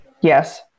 Yes